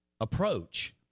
approach